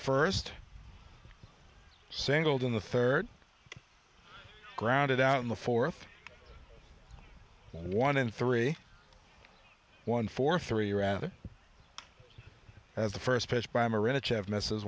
first singled in the third grounded out in the fourth one in three one for three rather as the first